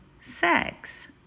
sex